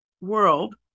world